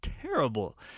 Terrible